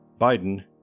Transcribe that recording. Biden